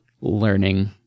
learning